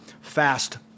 fast